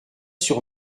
sur